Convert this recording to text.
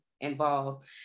involved